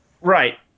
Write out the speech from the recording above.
Right